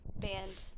band